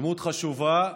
דמות חשובה.